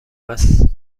است